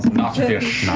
not fish,